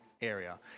area